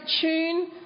tune